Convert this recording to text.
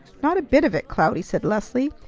not a bit of it, cloudy! said leslie,